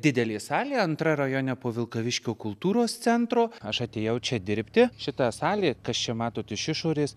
didelė salė antra rajone po vilkaviškio kultūros centro aš atėjau čia dirbti šita salė ir kas čia matot iš išorės